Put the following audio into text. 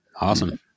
awesome